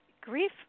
grief